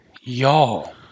Y'all